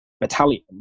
battalion